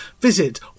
visit